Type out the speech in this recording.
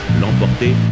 l'emporter